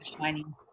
shining